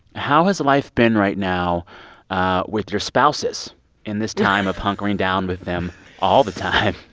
how has life been right now ah with your spouses in this time of hunkering down with them all the time?